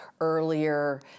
earlier